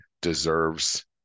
deserves